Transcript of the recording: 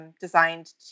designed